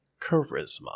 charisma